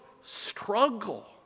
struggle